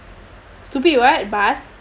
stupid what bus